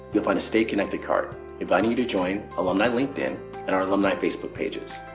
you'll find a stay connected card inviting you to join alumni linkedin and our alumni facebook pages.